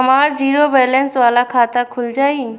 हमार zero balance वाला खाता खुल जाई?